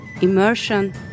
immersion